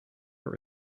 art